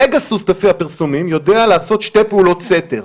פגסוס לפי הפרסומים יודע לעשות שתי פעולות סתר.